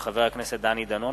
מאת חברי הכנסת